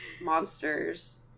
monsters